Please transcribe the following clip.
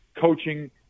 coaching